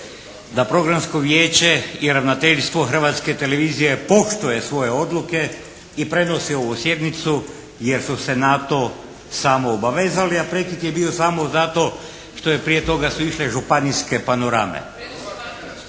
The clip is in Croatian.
da Programsko vijeće i ravnateljstvo Hrvatske televizije poštuje svoje odluke i prenosi ovu sjednicu jer su se na to samo obavezali, a prekid je bio samo zato što je prije toga su išle županijske panorame.